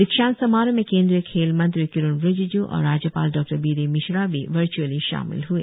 दिक्षांत समारोह में केंद्रीय खेल मंत्री किरेन रिजिजू और राज्यपाल डॉ बी डी मिश्रा भी वर्च्एली शामिल हए